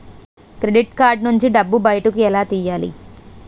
Credit card నుంచి డబ్బు బయటకు ఎలా తెయ్యలి?